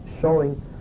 showing